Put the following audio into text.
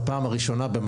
בפעם הראשונה בחיי,